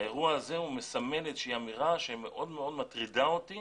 האירוע הזה מסמל איזושהי אמירה שהיא מאוד מאוד מטרידה אותי